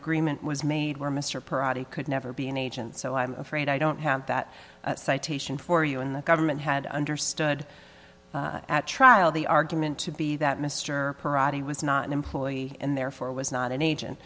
agreement was made where mr purdie could never be an agent so i'm afraid i don't have that citation for you and the government had understood at trial the argument to be that mr parady was not an employee and therefore was not an agent